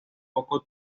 poco